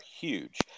huge